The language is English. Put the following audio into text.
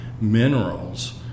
minerals